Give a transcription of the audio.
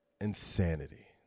Insanity